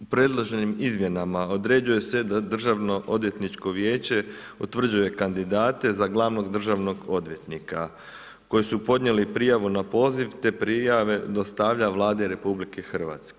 U predloženim izmjenama određuje se da Državnoodvjetničko vijeće utvrđuje kandidate za glavnog državnog odvjetnika koji su podnijeli prijavu na poziv te prijave dostavlja Vladi RH.